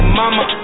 mama